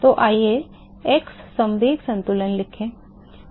तो आइए x संवेग संतुलन लिखें